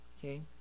Okay